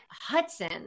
Hudson